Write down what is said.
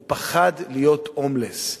הוא פחד להיות הומלס.